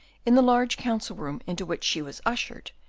in the large council room into which she was ushered,